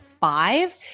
five